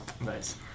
Nice